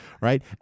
right